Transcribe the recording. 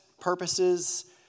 purposes